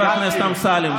חבר הכנסת אמסלם,